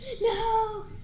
No